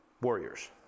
warriors